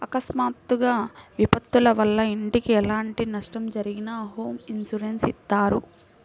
అకస్మాత్తుగా విపత్తుల వల్ల ఇంటికి ఎలాంటి నష్టం జరిగినా హోమ్ ఇన్సూరెన్స్ ఇత్తారు